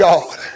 God